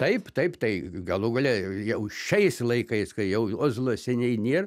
taip taip tai galų gale jau šiais laikais kai jau ozolo seniai nėr